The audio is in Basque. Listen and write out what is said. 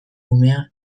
umea